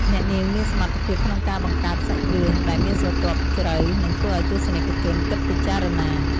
អ្នកនាងមានសមត្ថភាពក្នុងការបង្កើតសាច់រឿងដែលមានស្រទាប់ជ្រៅ និងធ្វើឱ្យទស្សនិកជនគិតពិចារណា។